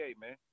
man